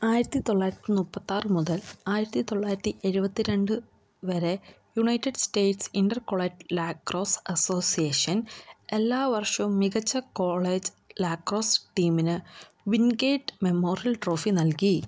ആയിരത്തി തൊള്ളായിരത്തി മുപ്പത്തി ആറ് മുതൽ ആയിരത്തി തൊള്ളായിരത്തി എഴുപത്തി രണ്ട് വരെ United States Intercollegiate Lacrosse Association എല്ലാ വർഷവും മികച്ച കോളേജ് ലാക്രോസ് ടീമിന് വിന്ഗേറ്റ് മെമ്മോറിയൽ ട്രോഫി നൽകി